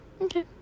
Okay